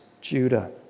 Judah